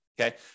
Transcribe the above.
Okay